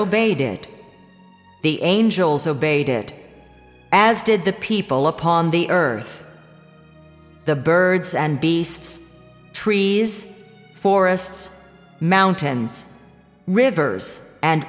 obeyed it the angels obeyed it as did the people upon the earth the birds and beasts trees forests mountains rivers and